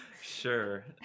Sure